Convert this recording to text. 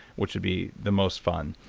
which would be the most fun.